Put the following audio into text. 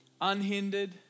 unhindered